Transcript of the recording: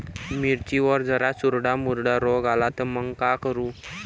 मिर्चीवर जर चुर्डा मुर्डा रोग आला त मंग का करू?